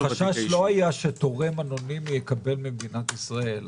אבל החשש לא היה שתורם אנונימי יקבל ממדינת ישראל.